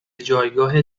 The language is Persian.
جایگاه